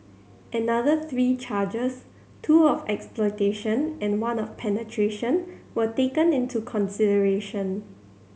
another three charges two of exploitation and one of penetration were taken into consideration